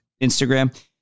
Instagram